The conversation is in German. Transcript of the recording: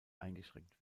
eingeschränkt